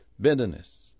bitterness